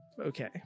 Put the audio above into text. Okay